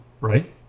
right